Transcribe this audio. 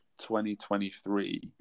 2023